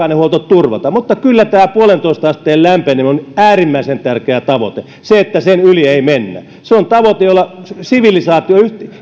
ainehuolto turvata mutta kyllä tämä yhteen pilkku viiteen asteen lämpeneminen on äärimmäisen tärkeä tavoite se että sen yli ei mennä se on tavoite jolla sivilisaation